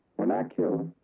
when i kill,